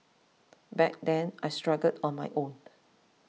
back then I struggled on my own